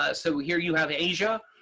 ah so here you have asia,